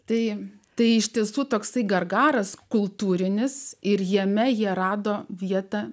tai tai iš tiesų toks gargaras kultūrinis ir jame jie rado vietą